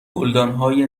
گلدانهای